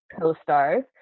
co-stars